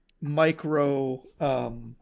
micro